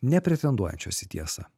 nepretenduojančios į tiesą